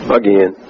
again